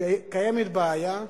שקיימת בעיה,